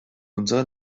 unserer